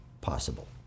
possible